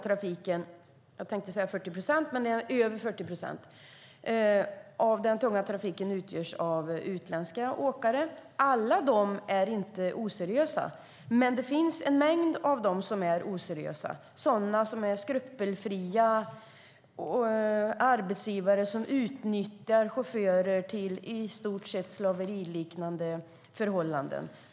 Mer än 40 procent av den tunga trafiken utgörs av utländska åkare. Alla är inte oseriösa, men många är skrupelfria arbetsgivare som utnyttjar chaufförer under slaveriliknande förhållanden.